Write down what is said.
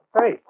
Hey